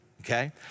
okay